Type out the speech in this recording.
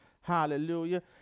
hallelujah